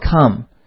come